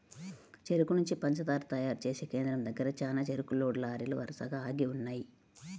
చెరుకు నుంచి పంచదార తయారు చేసే కేంద్రం దగ్గర చానా చెరుకు లోడ్ లారీలు వరసగా ఆగి ఉన్నయ్యి